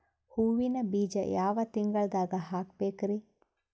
ಹೂವಿನ ಬೀಜ ಯಾವ ತಿಂಗಳ್ದಾಗ್ ಹಾಕ್ಬೇಕರಿ?